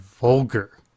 vulgar